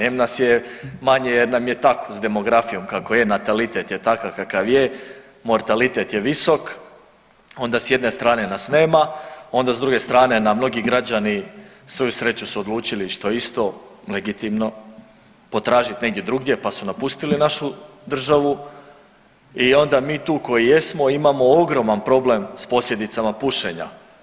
Em nas je manje jer nam je tako s demografijom kako je, natalitet je takav kakav je, mortalitet je visok, onda s jedne strane nas nema, onda s druge strane nam mnogi građani svoju sreću su odlučili što je isto legitimno potražiti negdje drugdje pa su napustili našu državu i onda mi tu koji jesmo imamo ogroman problem s posljedicama pušenja.